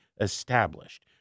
established